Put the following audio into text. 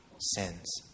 sins